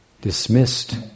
dismissed